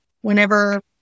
whenever